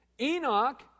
Enoch